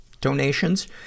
donations